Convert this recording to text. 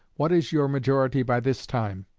what is your majority by this time?